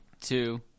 two